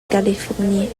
californie